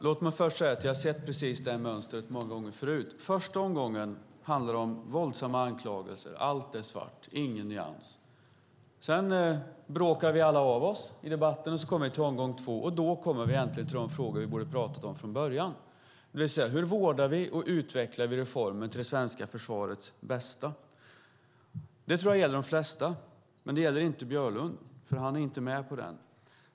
Fru talman! Jag har sett precis det här mönstret många gånger förr. Första omgången handlar om våldsamma anklagelser. Allt är svart. Det finns ingen nyans. Sedan bråkar vi alla av oss i debatten och kommer till omgång två. Då kommer vi äntligen till de frågor som vi från början borde ha talat om, exempelvis: Hur vårdar vi och utvecklar vi reformen till det svenska försvarets bästa? Detta tror jag gäller de flesta men inte Björlund, för han är inte med på reformen.